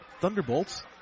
Thunderbolts